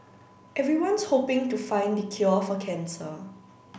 everyone's hoping to find the cure for cancer